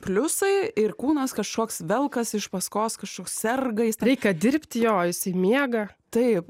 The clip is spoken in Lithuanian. pliusai ir kūnas kažkoks velkasi iš paskos kažkoks serga jis reikia dirbti jo jisai miega taip